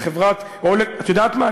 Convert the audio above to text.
את יודעת מה,